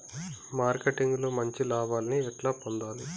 Marketing లో మంచి లాభాల్ని ఎట్లా పొందాలి?